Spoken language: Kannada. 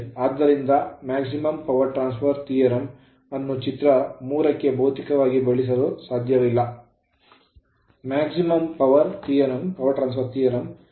ಆದ್ದರಿಂದ maximum power transfer theorem ಗರಿಷ್ಠ ವಿದ್ಯುತ್ ವರ್ಗಾವಣೆ ಥಿಯೋರೆಮ್ ಅನ್ನು ಚಿತ್ರ 3 ಕೆ ಭೌತಿಕವಾಗಿ ಬಳಸಲು ಸಾಧ್ಯವಿಲ್ಲ maximum power theorem ಗರಿಷ್ಠ ಶಕ್ತಿಗಾಗಿ ಥಿಯೋರೆಮ್ d